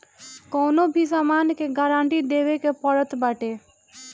कवनो भी सामान के गारंटी देवे के पड़त बाटे